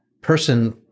person